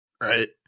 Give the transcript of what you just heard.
Right